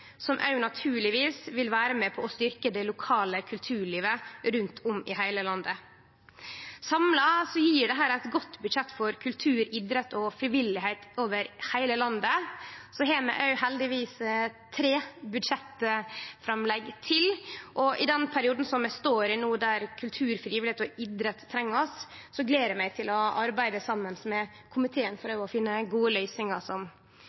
naturlegvis også vil vere med på å styrkje det lokale kulturlivet rundt om i heile landet. Samla gjev dette eit godt budsjett for kultur, idrett og frivilligheit over heile landet. Så har vi heldigvis tre budsjettframlegg til, og i den perioden vi står i no, der kultur, frivilligheit og idrett treng oss, gler eg meg til å arbeide saman med komiteen for å prøve å finne gode løysingar som